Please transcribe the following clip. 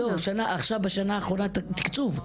לא, עכשיו בשנה האחרונה תקצוב.